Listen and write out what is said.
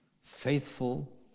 faithful